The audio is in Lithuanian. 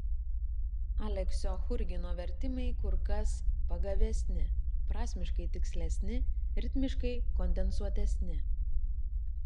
aleksio churgino vertimai kur kas pagavesni prasmiškai tikslesni ritmiškai kondensuotesni